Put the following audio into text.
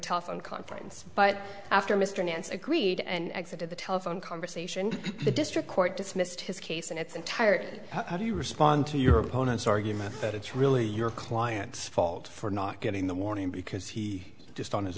telephone conference but after mr nance agreed and accepted the telephone conversation the district court dismissed his case in its entirety how do you respond to your opponent's argument that it's really your client's fault for not getting the warning because he just on his